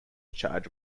charged